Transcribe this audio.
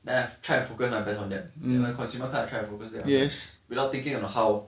那太符合 lah based on their 明白 consumer 看穿 P_S without taking on how